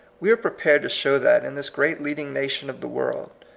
we are prepared to show that in this great leading nation of the world,